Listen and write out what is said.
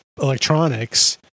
electronics